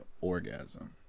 orgasm